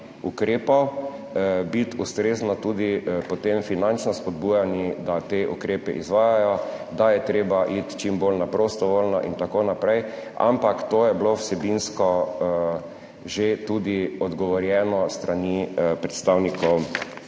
ukrepov, biti ustrezno tudi potem finančno spodbujani, da te ukrepe izvajajo, da je treba iti čim bolj na prostovoljno in tako naprej, ampak to je bilo vsebinsko že tudi odgovorjeno s strani predstavnikov